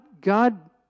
God